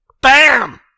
BAM